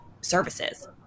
services